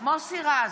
מוסי רז,